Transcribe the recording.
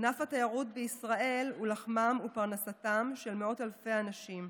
ענף התיירות בישראל הוא לחמם ופרנסתם של מאות אלפי אנשים,